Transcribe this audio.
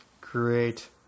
Great